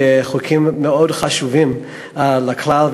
וחוקים מאוד חשובים לכלל.